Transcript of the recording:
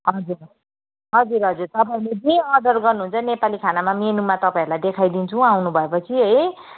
हजुर हजुर हजुर हजुर तपाईँले जे अर्डर गर्नुह्न्छ नेपाली खानामा मेनुमा तपाईँहरूलाई देखाइदिन्छौँ आउनुभयोपछि है